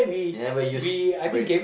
never use brain